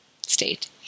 state